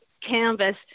canvas